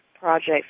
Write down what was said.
project